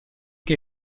che